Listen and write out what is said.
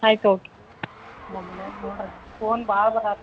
ಆಯ್ತು okay phone ಭಾಳ ಬರ್ತಾವ ರೀ